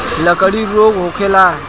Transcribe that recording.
लगड़ी रोग का होखेला?